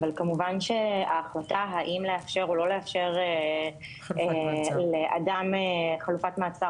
אבל כמובן שההחלטה האם לאפשר או לא לאפשר לאדם חלופת מעצר